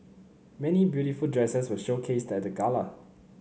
many beautiful dresses were showcased at the gala